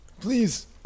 Please